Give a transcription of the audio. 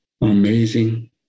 Amazing